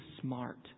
smart